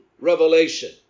revelation